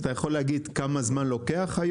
אתה יכול להגיד כמה זמן לוקח להגיע,